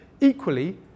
Equally